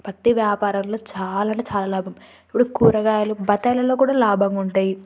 పత్తి వ్యాపారంలో చాలా అంటే చాలా లాభం ఇప్పుడు కూరగాయలు బత్తాయిలలో కూడా చాలా లాభం ఉంటాయి